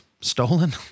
stolen